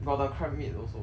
got the crabmeat also